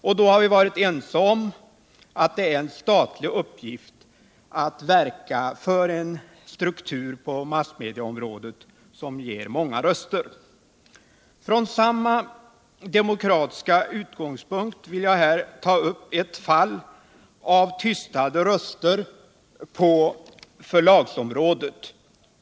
Vi har varit ense om att det är en statlig uppgift att verka för en struktur på massmedieområdet som ger många röster. Från samma demokratiska utgångspunkt vill jag här ta upp ett fall av tystade röster på förlagsområdet.